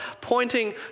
pointing